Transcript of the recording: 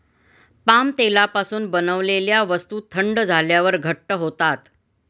palm तेलापासून बनवलेल्या वस्तू थंड झाल्यावर घट्ट होतात